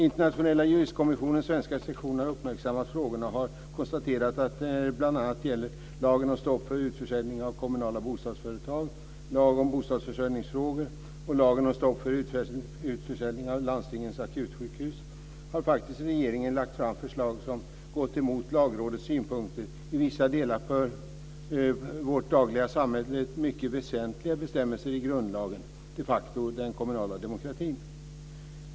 Internationella juristkommissionens svenska sektion har uppmärksammat frågorna och konstaterat att regeringen bl.a. när det gäller lagen om stopp för utförsäljning av kommunala bostadsföretag, lagen om bostadsförsörjningsfrågor och lagen om stopp för utförsäljning av landstingens akutsjukhus faktiskt har lagt fram förslag som gått emot Lagrådets synpunkter - i vissa delar vad gäller för vårt samhälle mycket väsentliga bestämmelser i grundlagen och de facto den kommunala demokratin.